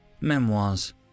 Memoirs